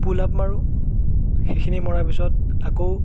পুল up মাৰোঁ সেইখিনি মৰাৰ পিছত আকৌ